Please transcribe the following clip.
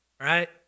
Right